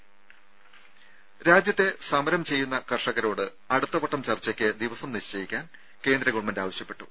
ദേഴ രാജ്യത്തെ സമരം ചെയ്യുന്ന കർഷകരോട് അടുത്തവട്ടം ചർച്ചയ്ക്ക് ദിവസം നിശ്ചയിക്കാൻ കേന്ദ്ര ഗവൺമെന്റ് ആവശ്യപ്പെട്ടു